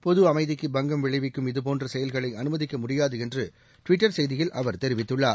பொது அமைதிக்கு பங்கம் விளைவிக்கும் இதுபோன்ற செயல்களை அனுமதிக்க முடியாது என்று ட்விட்டர் செய்தியில் அவர் தெரிவித்துள்ளார்